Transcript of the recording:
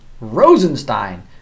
Rosenstein